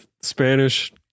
Spanish